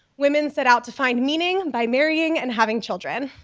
women set out to find meaning by marrying and having children.